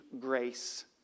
grace